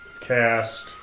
cast